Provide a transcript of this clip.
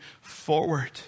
forward